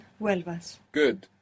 vuelvas